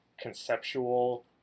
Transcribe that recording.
conceptual